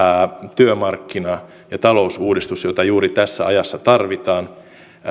työmarkkina ja talousuudistus jota juuri tässä ajassa tarvitaan